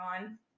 on